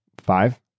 five